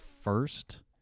first